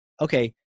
okay